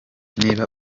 niba